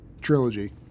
trilogy